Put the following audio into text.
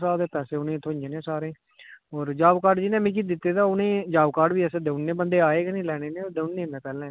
सारे पैसे उ'नें गी थ्होई जाने सारें गी होर जाब कार्ड जि'नें मिगी दित्ते दा उ'नें ई जाब कार्ड बी असें देई ओड़ने बंदे आए गै निं लैने ई नेईं ते देई ओड़ने हे में पैह्ले गै